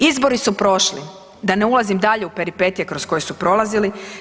Izbori su prošli, da ne ulazim dalje u peripetije kroz koje su prolazili.